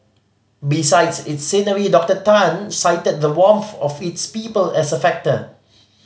besides its scenery Doctor Tan cited the warmth of its people as a factor